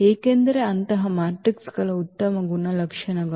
ಏಕೆಂದರೆ ಅಂತಹ ಮ್ಯಾಟ್ರಿಸ್ಗಳ ಉತ್ತಮ ಗುಣಲಕ್ಷಣಗಳು